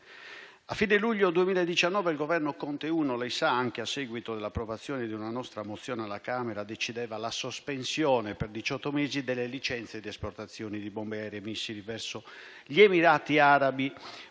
A fine luglio 2019, il Governo Conte 1 - come lei sa - anche a seguito dell'approvazione di una nostra risoluzione alla Camera, decideva la sospensione, per diciotto mesi, delle licenze di esportazione di bombe aeree e missili verso gli Emirati Arabi